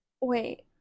wait